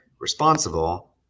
responsible